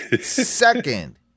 Second